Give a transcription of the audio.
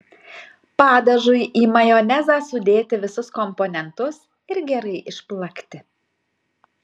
padažui į majonezą sudėti visus komponentus ir gerai išplakti